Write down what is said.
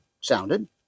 sounded